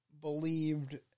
believed